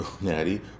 Natty